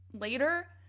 later